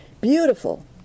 Beautiful